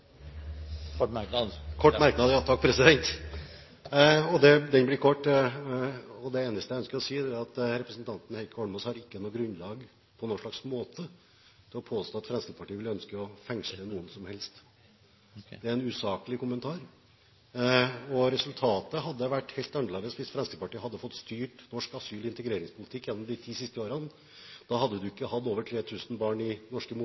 kort merknad, begrenset til 1 minutt. En kort merknad: Det eneste jeg ønsker å si, er at representanten Heikki Holmås ikke på noen måte har grunnlag for å påstå at Fremskrittspartiet vil ønske å fengsle noen som helst. Det er en usaklig kommentar. Resultatet hadde vært helt annerledes hvis Fremskrittspartiet hadde fått styre norsk asyl- og integreringspolitikk gjennom de ti siste årene. Da hadde vi ikke hatt over 3 000 barn i norske